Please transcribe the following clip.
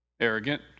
Arrogant